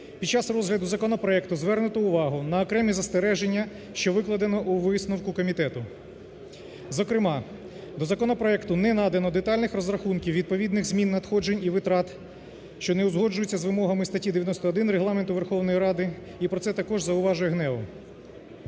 Під час розгляду законопроекту звернуто увагу на окремі застереження, що викладено у висновку комітету. Зокрема, до законопроекту не надано детальних розрахунків відповідних змін, надходжень і витрат, що не узгоджуються з вимогами статті 91 Регламенту Верховної Ради і про це також зауважує ГНЕУ.